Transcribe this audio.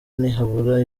ntihabura